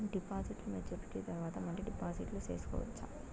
డిపాజిట్లు మెచ్యూరిటీ తర్వాత మళ్ళీ డిపాజిట్లు సేసుకోవచ్చా?